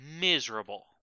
miserable